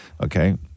okay